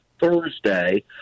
Thursday